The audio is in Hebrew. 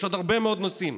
יש עוד הרבה מאוד נושאים,